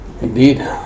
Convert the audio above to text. Indeed